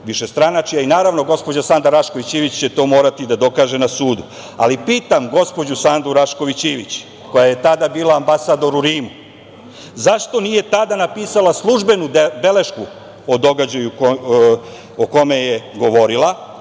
višestranačja. Naravno, gospođa Sanda Rašković Ivić će to morati da dokaže na sudu. Pitam gospođu Sandu Rašković Ivić, koja je tada bila ambasador u Rimu, zašto nije tada napisala službenu belešku o događaju o kome je govorila,